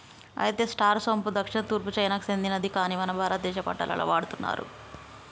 అయితే స్టార్ సోంపు దక్షిణ తూర్పు చైనాకు సెందినది కాని మన భారతదేశ వంటలలో వాడుతున్నారు